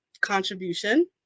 contribution